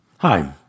Hi